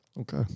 Okay